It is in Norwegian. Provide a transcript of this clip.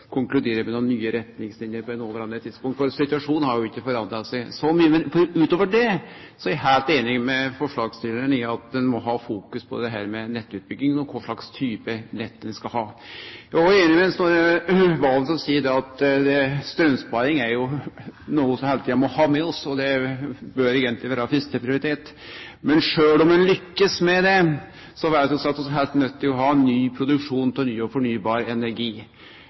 nye retningslinjer på det noverande tidspunktet, for situasjonen har jo ikkje endra seg så mykje. Men utover det er eg heilt einig med forslagsstillaren i at ein må ha fokus på dette med nettutbygging og kva for type nett ein skal ha. Eg er òg einig med Snorre Serigstad Valen, som seier at straumsparing er noko vi alltid må ha med oss. Det bør eigentleg vere fyrsteprioritet. Men sjølv om ein lykkast med det, så veit vi at vi er heilt nøydde til å ha ny produksjon av ny og fornybar energi,